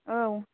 औ